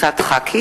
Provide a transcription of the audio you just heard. יריב